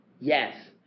yes